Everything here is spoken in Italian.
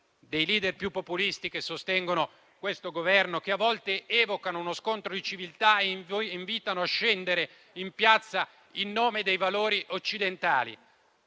i *leader* più populisti che sostengono questo Governo, a volte evocano uno scontro di civiltà e invitano a scendere in piazza in nome dei valori occidentali.